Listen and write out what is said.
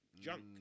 junk